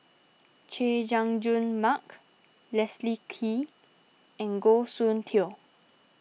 Chay Jung Jun Mark Leslie Kee and Goh Soon Tioe